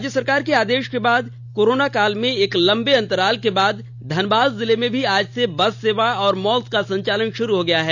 राज्य सरकार के आदेश के बाद कोरोनकाल में एक लंबे अंतराल के बाद धनबाद जिले में भी आज से बस सेवा और मॉल का संचालन शुरू हो गया है